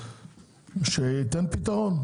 שייתן פתרון,